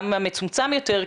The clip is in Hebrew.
גם המצומצם יותר,